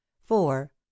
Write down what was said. four